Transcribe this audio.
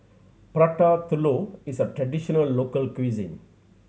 Prata Telur is a traditional local cuisine